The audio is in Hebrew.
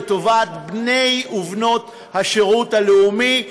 לטובת בני ובנות השירות הלאומי,